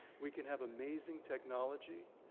we can have amazing technology,